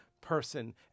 person